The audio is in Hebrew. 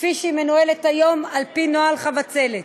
כפי שהיא מנוהלת היום על-פי נוהל "חבצלת".